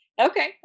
Okay